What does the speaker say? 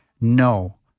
no